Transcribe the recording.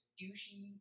douchey